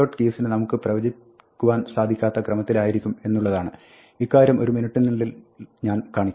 keys നമുക്ക് പ്രവചിക്കുവാൻ സാധിക്കാത്ത ക്രമത്തിലായിക്കും എന്നുള്ളതാണ് ഇക്കാര്യം ഒരു മിനുട്ടിനുള്ളിൽ ഞാൻ കാണിക്കാം